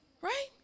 Right